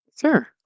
Sure